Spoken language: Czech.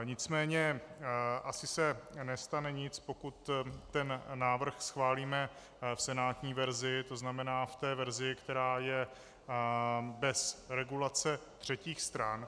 Nicméně asi se nestane nic, pokud ten návrh schválíme v senátní verzi, tzn. ve verzi, která je bez regulace třetích stran.